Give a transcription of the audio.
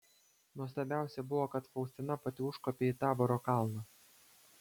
nuostabiausia buvo kad faustina pati užkopė į taboro kalną